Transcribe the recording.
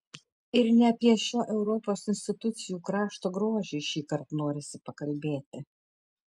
ir ne apie šio europos institucijų krašto grožį šįkart norisi pakalbėti